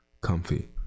Comfy